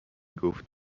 گفت